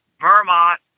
Vermont